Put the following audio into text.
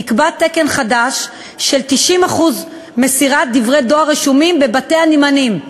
נקבע תקן חדש של 90% מסירת דברי דואר רשומים בבתי הנמענים,